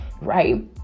right